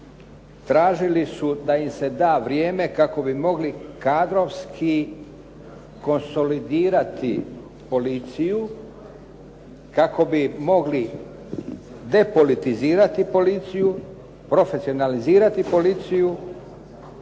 tražili su da im se da vrijeme kako bi mogli kadrovski konsolidirati policiju, kako bi mogli depolizirati policiju, profesionalizirati policiju,